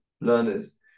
learners